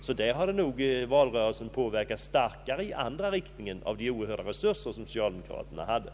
Med de stora resurser som socialdemokraterna haft till förfogande har det nog därför i valrörelsen utövats starkare påtryckningar i den andra riktningen.